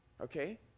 Okay